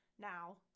now